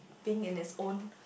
being in his own